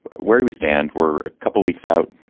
where we we stand, we're a couple of weeks out,